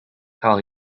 call